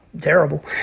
terrible